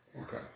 Okay